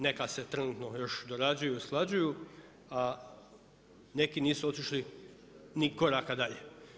Neka se trenutno još dorađuju, usklađuju, a neki nisu otišli ni koraka dalje.